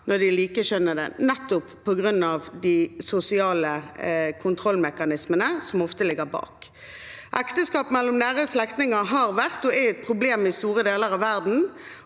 når de er likekjønnede, nettopp på grunn av de sosiale kontrollmekanismene som ofte ligger bak. Ekteskap mellom nære slektninger har vært og er et problem i store deler av verden,